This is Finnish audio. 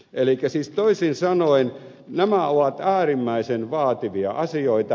eli siis toisin sanoen nämä ovat äärimmäisen vaativia asioita